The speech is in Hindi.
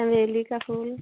चमेली का फूल